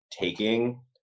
taking